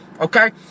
okay